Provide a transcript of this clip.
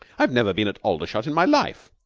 i've never been at aldershot in my life.